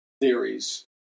theories